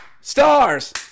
Stars